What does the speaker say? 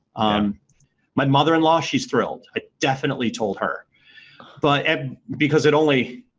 um my mother-in-law, she's thrilled. i definitely told her but because it only